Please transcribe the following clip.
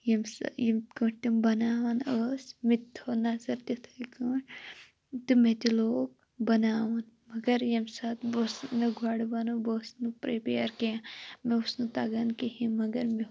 ییٚمہِ سۭتۍ ییٚمہِ کٲٹھۍ تِم بَناوَن ٲسی مےٚ تہِ تھو نَظَر تِھَے کٲٹھۍ تہٕ مےٚ تہِ لوگ بَناوُن مَگَر ییٚمہِ ساتہِ بہٕ ٲسٕس مےٚ گۄڈ بَنو بہٕ ٲسس نہٕ پریٚپِیَر کیٚنٛہہ مےٚ اوس نہٕ تَگان کِہینۍ مَگَر مےٚ